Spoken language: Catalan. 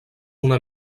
una